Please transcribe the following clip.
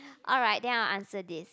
alright then I'll answer this